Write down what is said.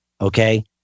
Okay